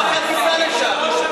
כי במשמרת שלך, פעם אחת תיסע לשם.